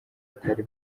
batari